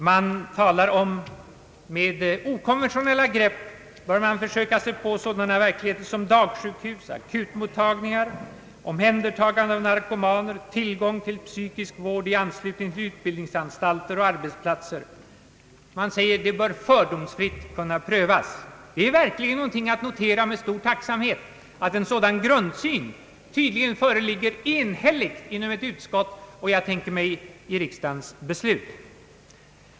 Man talar om att man med okonventionella grepp bör försöka sig på sådana verksamheter som dagsjukhus, akutmottagningar, omhändertagande av narkomaner, tillgång till psykisk vård i anslutning till utbildningsanstalter och arbetsplatser. Man säger att sådana initiativ bör »fördomsfritt kunna prövas». Det är verkligen någonting att notera med tacksamhet, att en sådan grundsyn tydligen föreligger enhälligt inom ett utskott och som jag förutsätter i riksdagens beslut.